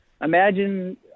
imagine